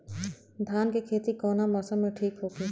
धान के खेती कौना मौसम में ठीक होकी?